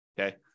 okay